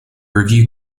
review